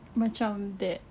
macam that